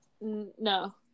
No